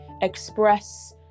express